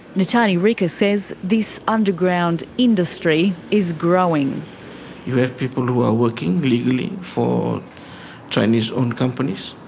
netani rika says this underground industry is growing. you have people who are working legally for chinese owned companies,